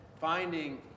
finding